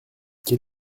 quel